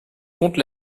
compte